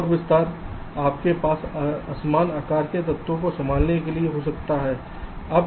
एक और विस्तार आपके पास असमान आकार के तत्वों को संभालने के लिए हो सकता है